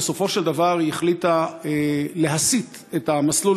ובסופו של דבר היא החליטה להסיט את המסלול